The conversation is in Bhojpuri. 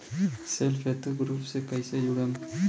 सेल्फ हेल्प ग्रुप से कइसे जुड़म?